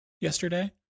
yesterday